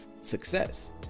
success